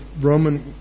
Roman